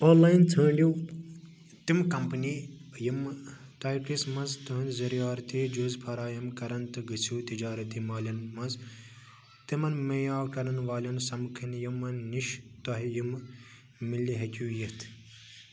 آن line ژھٲنٛڈِو تِم company یِمہٕ منٛز تٕہٕنٛز ضریارتی جُز فَراہِم کَرن تہٕ گٔژِھو تِجارَتی مٲلٮ۪ن منٛز تِمَن میٚاو کَرن والٮ۪ن سمکٕھنہِ یِمَن نِش تۄہہِ یِمہٕ میلہِ ہیٚکِو یِتھ